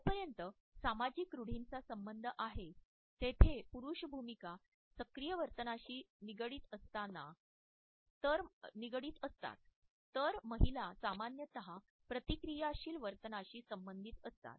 जोपर्यंत सामाजिक रूढींचा संबंध आहे तेथे पुरुष भूमिका सक्रिय वर्तनाशी निगडित असतात तर महिला सामान्यत प्रतिक्रियाशील वर्तनाशी संबंधित असतात